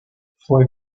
fue